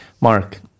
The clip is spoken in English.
Mark